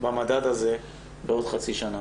במדד הזה בעוד חצי שנה.